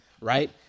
right